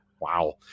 wow